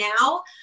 now